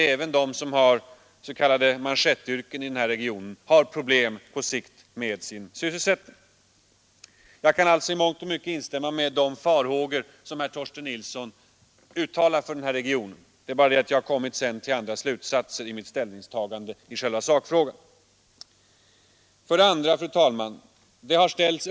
Även tjänstemännen i den här regionen har problem på sikt med sysselsättningen. Jag kan i mångt och mycket instämma i de farhågor som Torsten Nilsson uttalat för vår region, men jag drar andra slutsatser, vilket gör att mitt ställningstagande i själva sakfrågan blir ett annat än herr Nilssons.